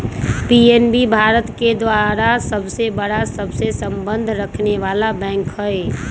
PNB Bharat के दूसरा सबसे बड़ा सबसे संबंध रखनेवाला बैंक हई